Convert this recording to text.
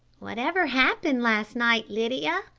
whatever happened last night, lydia?